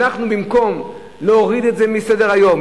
במקום להוריד את זה מסדר-היום,